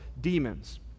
demons